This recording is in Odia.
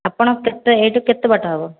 ଆପଣ କେତେ ଏଇଠୁ କେତେ ବାଟ ହେବ